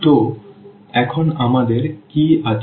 তো এখন আমাদের কাছে কি আছে